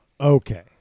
okay